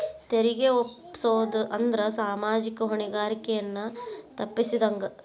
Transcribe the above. ತೆರಿಗೆ ತಪ್ಪಸೊದ್ ಅಂದ್ರ ಸಾಮಾಜಿಕ ಹೊಣೆಗಾರಿಕೆಯನ್ನ ತಪ್ಪಸಿದಂಗ